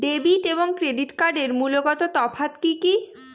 Debit এবং credit কার্ডের মূলগত তফাত কি কী?